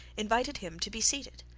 invited him to be seated.